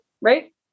right